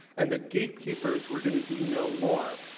and that gatekeepers were going to be no more.